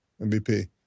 MVP